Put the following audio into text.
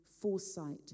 foresight